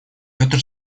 петр